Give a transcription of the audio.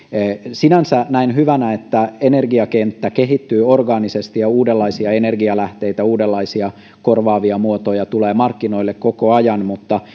sinänsä näen hyvänä että energiakenttä kehittyy orgaanisesti ja uudenlaisia energialähteitä uudenlaisia korvaavia muotoja tulee markkinoille koko ajan mutta